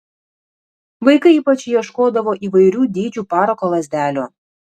vaikai ypač ieškodavo įvairių dydžių parako lazdelių